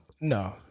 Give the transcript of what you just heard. No